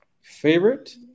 favorite